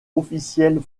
officiels